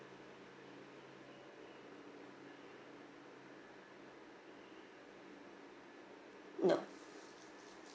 no